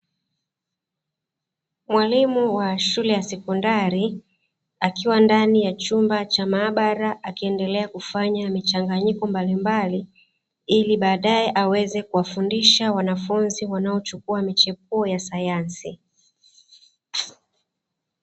Mwalimu wa shule ya sekondari akiwa ndani ya chumba cha maabara akiendelea kufanya michanganyiko mbalimbali, ili baadaye aweze kuwafundisha wanafunzi wanaochukua michepuo ya sayansi.